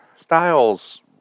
styles